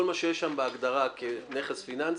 כל מה שיש בהגדרה כנכס פיננסי,